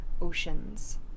oceans